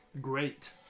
Great